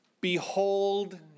Behold